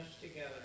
together